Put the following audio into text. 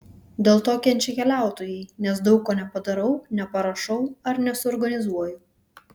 dėl to kenčia keliautojai nes daug ko nepadarau neparašau ar nesuorganizuoju